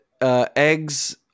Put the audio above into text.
Eggs